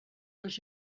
les